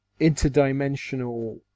interdimensional